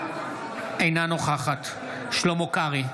אינה נוכחת שלמה קרעי,